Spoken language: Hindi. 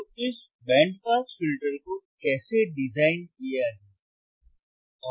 तो इस बैंड पास फिल्टर को कैसे डिज़ाइन किया जाए